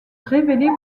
révéler